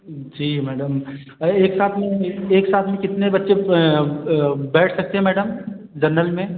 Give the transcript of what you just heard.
जी madam एक साथ में एक साथ में कितने बच्चे बैठ सकते मैडम जनरल में